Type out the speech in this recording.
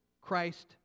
Christ